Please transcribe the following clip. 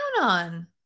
on